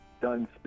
done